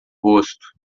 rosto